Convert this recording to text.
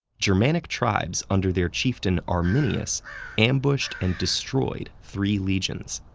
germanic tribes under their chieftain arminius ambushed and destroyed three legions.